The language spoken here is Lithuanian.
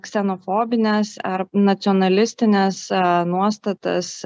ksenofobines ar nacionalistines nuostatas